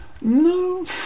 No